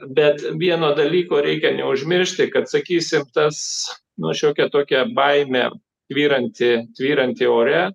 bet vieno dalyko reikia neužmiršti kad sakysim tas nu šiokia tokia baimė tvyranti tvyranti ore